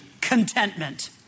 Contentment